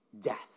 death